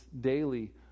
daily